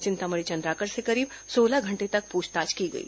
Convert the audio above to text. चिंतामणि चंद्राकर से करीब सोलह घंटे तक पूछताछ की गई